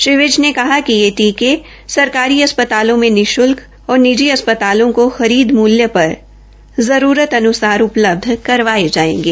श्री विज ने कहा कि यह टीके सरकारी अस्प्तालों में निःशुल्क और निजी अस्पतालों को खरीद मूल्य पर आवश्यकतान्सार उपलब्ध करवाये जायेंगे